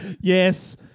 Yes